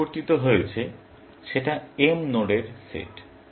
যেটা পরিবর্তিত হয়েছে সেটা M নোডের সেট